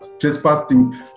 trespassing